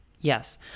Yes